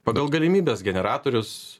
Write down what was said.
pagal galimybes generatorius